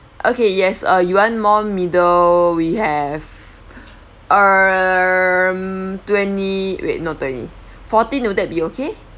okay yes uh you want more middle we have um twenty wait not twenty fourteen will that be okay